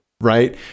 right